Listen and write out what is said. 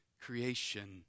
creation